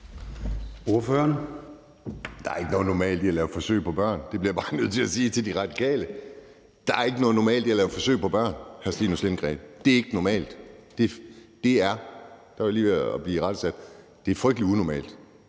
(NB): Der er ikke noget normalt i at lave forsøg på børn. Det bliver jeg bare nødt til at sige til De Radikale. Der er ikke noget normalt i at lave forsøg på børn, hr. Stinus Lindgreen. Det er ikke normalt. Det er – der var jeg lige ved at blive irettesat – frygtelig unormalt